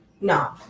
No